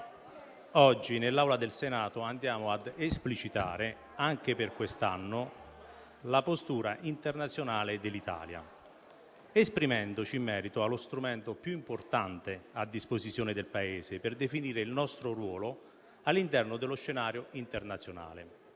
oggi nell'Aula del Senato andiamo ad esplicitare anche per quest'anno la postura internazionale dell'Italia esprimendoci in merito allo strumento più importante a disposizione del Paese per definire il nostro ruolo all'interno dello scenario internazionale: